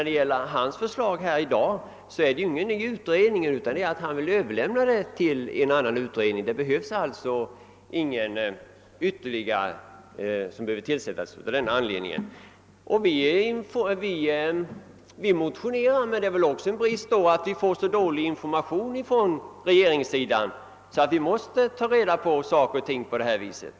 Det går inte ut på någon ny utredning, utan han vill överlämna ärendet till en sittande utredning. Detta att vi motionerar kan ibland ha sin grund i att vi får så dålig information av regeringen att vi måste tillgripa denna uiväg.